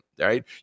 right